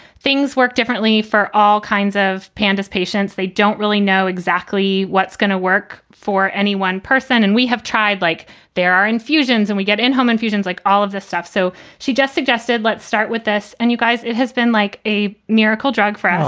things work differently for all kinds of panda's patients. they don't really know exactly what's going to work for any one person. and we have tried like there are infusions and we get in-home infusions like all of this stuff. so she just suggested let's start with this. and you guys, it has been like a miracle drug for us.